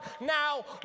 now